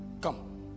come